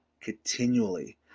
continually